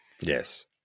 Yes